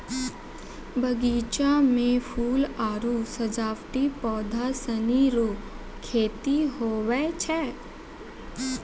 बगीचा मे फूल आरु सजावटी पौधा सनी रो खेती हुवै छै